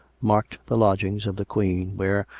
marked the lodgings of the queen, where,